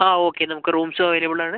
ആ ഓക്കേ നമുക്ക് റൂംസും അവൈലബിൾ ആണ്